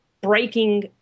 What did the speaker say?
breaking